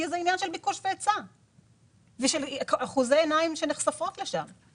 כי זה עניין של ביקוש והיצע ואחוזי עיניים שנחשפות לשם.